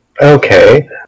Okay